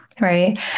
Right